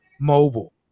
mobile